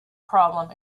problem